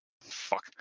Fuck